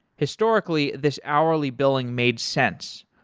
historically, this hourly billing made sense.